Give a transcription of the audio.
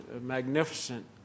magnificent